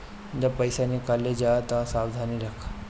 जब पईसा निकाले जा तअ सावधानी रखअ